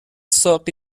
ساقی